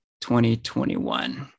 2021